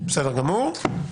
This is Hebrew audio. בסדר גמור.